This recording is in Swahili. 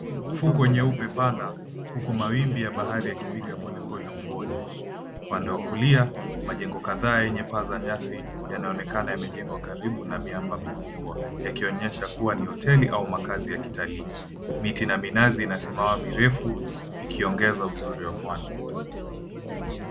Ufukwe nyeupe pana huku mawimbi ya bahari yakipiga polepole ufuoni. Upande wa kulia majengo kadhaa yenye paa za nyasi yanaonekana yamejengwa karibu na miamba mikubwa yakionyesha kuwa ni hoteli ama makazi ya kitalii. Miti ya minazi inasimama mirefu ikiongeza uzuri wa pwani.